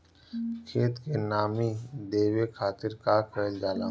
खेत के नामी देवे खातिर का कइल जाला?